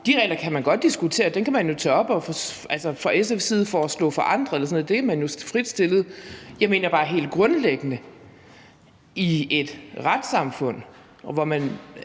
De regler kan man godt diskutere; dem kan man jo tage op fra SF's side og foreslå forandret. Der er man jo frit stillet. Jeg mener bare helt grundlæggende, at i et retssamfund, hvor man